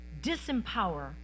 disempower